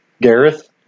Gareth